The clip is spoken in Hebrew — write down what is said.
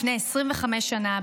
לפני 25 שנה,